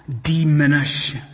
diminish